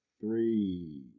three